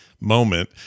moment